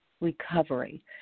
recovery